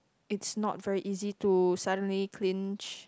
it's not very easy to suddenly clinch